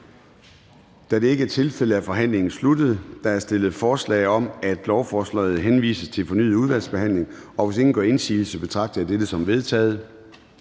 Da det ikke er tilfældet, er forhandlingen sluttet. Der er stillet forslag om, at lovforslaget henvises til fornyet udvalgsbehandling, og hvis ingen gør indsigelse, betragter jeg dette som vedtaget.